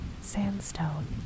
sandstone